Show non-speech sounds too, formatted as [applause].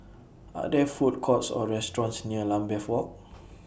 Are There Food Courts Or restaurants near Lambeth Walk [noise]